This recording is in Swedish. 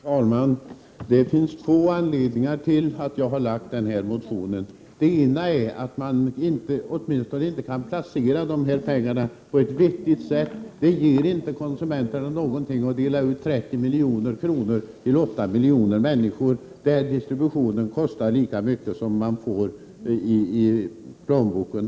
Herr talman! Det finns två anledningar till att jag har väckt denna motion. Den ena är att dessa pengar inte kan ges till konsumenterna på ett vettigt sätt. 30 milj.kr. till åtta miljoner människor ger inte konsumenterna någonting att tala om. Distributionen kostar lika mycket som konsumenterna får i plånboken.